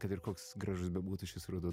kad ir koks gražus bebūtų šis ruduo